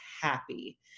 happy